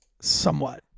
somewhat